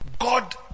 God